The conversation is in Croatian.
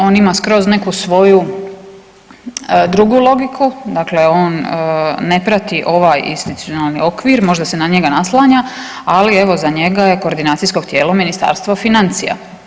On ima skroz neku svoju drugu logiku, dakle on ne prati ovaj institucionalni okvir, možda se na njega naslanja ali evo za njega je koordinacijsko tijelo Ministarstvo financija.